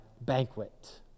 banquet